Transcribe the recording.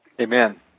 Amen